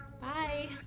Bye